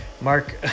Mark